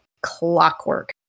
Clockwork